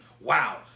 wow